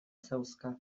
zauzka